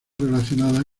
relacionada